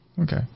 okay